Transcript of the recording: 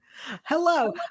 Hello